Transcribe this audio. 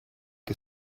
che